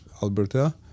Alberta